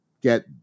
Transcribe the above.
get